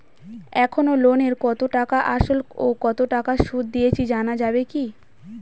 এখনো লোনের কত টাকা আসল ও কত টাকা সুদ দিয়েছি জানা যাবে কি?